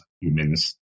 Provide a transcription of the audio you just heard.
humans